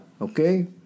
okay